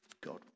God